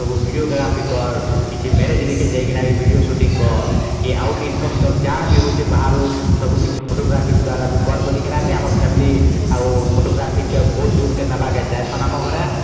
ସବୁ ଭିଡ଼ିଓଗ୍ରାଫି କର୍ କିଛି ମ୍ୟାରେଜ୍ ନିକେ ଯାଇକିନା ବି ଭିଡ଼ିଓ ସୁଟିଙ୍ଗ୍ କର୍ କି ଆଉଟ୍ ଇନକମ୍ ଜାଣା ବି ହେଉଛେ ବାହାରୁ ସବୁ କିଛି ଫୋଟୋଗ୍ରାଫିକ୍ ଦ୍ଵାରା ବି କର୍ ବୋଲିକିନା ବି ଆମର୍ ଫ୍ୟାମିଲି ଆଉ ଫୋଟୋଗ୍ରାଫିକ୍ ବହୁତ୍ ଦୂର୍ କେ ନେବାକେ ଚାହେଁସନ୍ ଆମ ଘରେ